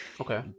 Okay